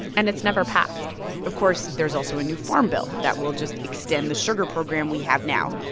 and it's never passed of course, there's also a new farm bill that will just extend the sugar program we have now.